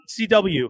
CW